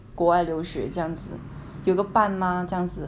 有个伴 mah 这样子父母可以放心一点点